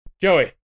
Joey